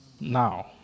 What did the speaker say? now